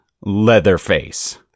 Leatherface